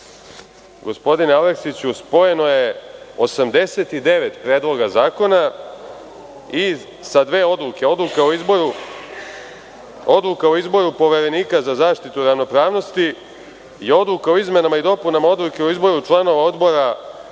gospodine Aleksiću, spojeno je 89 predloga zakona i sa dve odluke. Odluka o izboru Poverenika za zaštitu ravnopravnosti i Odluka o izmenama i dopunama Odluke o izboru članova odbora